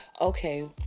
Okay